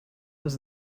was